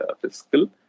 fiscal